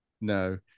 No